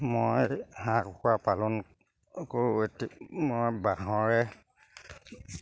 মই হাঁহ কুকুৰা পালন কৰোঁ এইটো মই বাঁহৰে